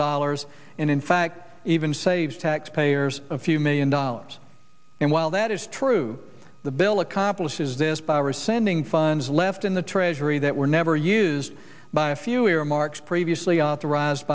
dollars in fact even saves taxpayers a few million dollars and while that is true the bill accomplishes this by our sending funds left in the treasury that were never used by a few earmarks previously authorized